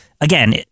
again